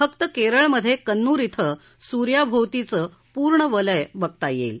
फक्त केरळमधे कन्नूर क्वें सूर्याभोवतीचं पूर्ण वलय बघता येईल